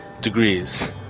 degrees